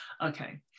Okay